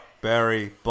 Barry